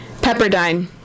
Pepperdine